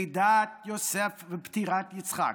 לידת יוסף ופטירת יצחק.